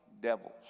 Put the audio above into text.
devils